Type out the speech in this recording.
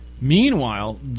meanwhile